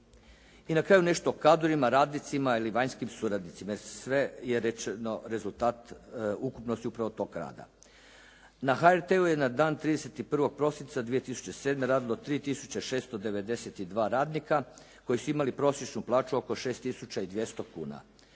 I na kraju nešto o kadrovima, radnicima ili vanjskim suradnicima, sve je rečeno, rezultat ukupnosti upravo tog rada. Na HRT-u je na dan 31. prosinca 2007. radilo 3692 radnika koji su imali prosječnu plaću oko 6.200,00 kuna.